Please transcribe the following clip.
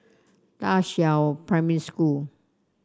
Da Qiao Primary School